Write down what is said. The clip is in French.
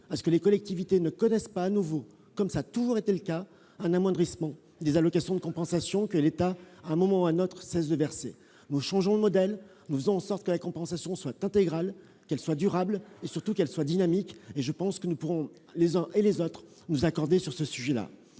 à ce que les collectivités ne connaissent pas à nouveau, comme cela a toujours été le cas, un amoindrissement des allocations de compensation, que l'État cesse toujours de verser à un moment ou à un autre. Nous changeons de modèle, nous faisons en sorte que la compensation soit intégrale, durable et, surtout, dynamique. Je pense que nous pourrons, les uns et les autres, nous accorder sur ce sujet.